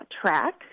track